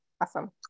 awesome